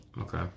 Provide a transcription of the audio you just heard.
Okay